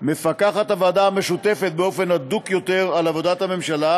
מפקחת הוועדה המשותפת באופן הדוק יותר על עבודת הממשלה,